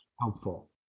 helpful